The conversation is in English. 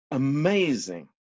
amazing